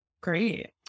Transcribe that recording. great